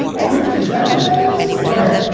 quippy? is that what that is? okay.